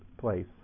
place